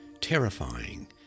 terrifying